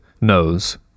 knows